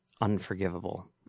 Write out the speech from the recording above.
unforgivable